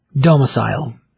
domicile